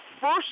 first